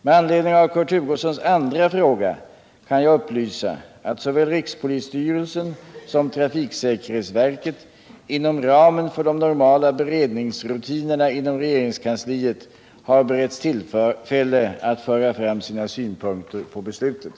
Med anledning av Kurt Hugossons andra fråga kan jag upplysa att såväl rikspolisstyrelsen som trafiksäkerhetsverket inom ramen för de normala beredningsrutinerna inom regeringskansliet har beretts tillfälle att föra fram sina synpunkter på beslutet.